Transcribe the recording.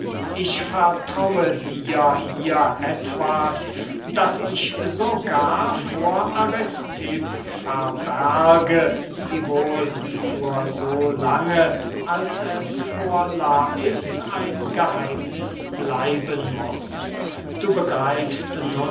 ich vertraue dir hier etwas das ich sogar vor aristipp verberge wiewohl nur so lange als es vor lais ein geheimniß bleiben muß du begreifst